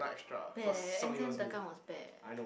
bad eh end camp tekan was bad eh